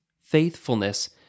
faithfulness